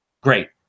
Great